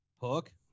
Hook